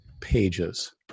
pages